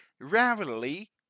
rarely